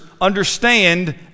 Understand